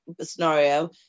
scenario